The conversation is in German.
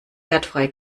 wertfrei